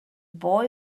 boy